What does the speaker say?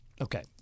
Okay